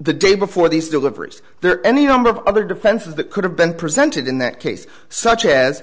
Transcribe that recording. the day before these delivers there are any number of other defenses that could have been presented in that case such as